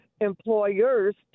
employers